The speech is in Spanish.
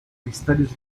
cristales